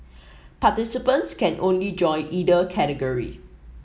participants can only join either category